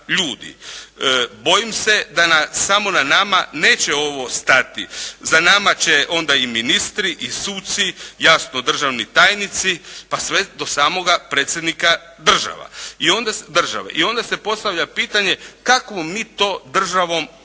Bojim se da samo na nama neće ovo stati. Za nama će onda i ministri i suci, jasno državni tajnici, pa sve do samoga predsjednika države. I onda se postavlja pitanje kako bi to državom postajemo?